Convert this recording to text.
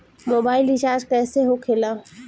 Mobile recharge कैसे होखे ला?